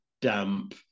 damp